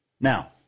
Now